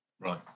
Right